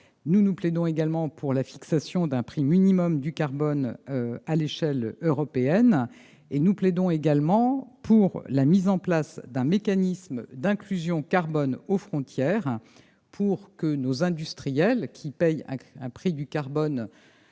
ETS. Nous plaidons pour la fixation d'un prix minimal du carbone à l'échelle européenne et pour la mise en place d'un mécanisme d'inclusion carbone aux frontières, pour que nos industriels, qui paient un prix du carbone